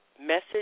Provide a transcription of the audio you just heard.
message